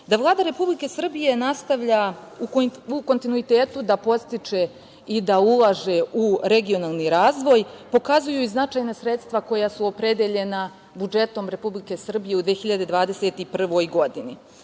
Vlada Republike Srbije nastavlja u kontinuitetu da podstiče i da ulaže u regionalni razvoj pokazuju i značajna sredstva koja su opredeljena budžetom Republike Srbije u 2021. godini.